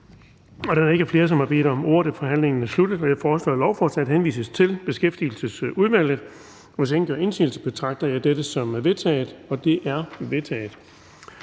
Da der ikke er flere, som har bedt om ordet, er forhandlingen sluttet. Jeg foreslår, at lovforslaget henvises til Beskæftigelsesudvalget. Hvis ingen gør indsigelse, betragter jeg dette som vedtaget. Det er vedtaget.